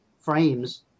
frames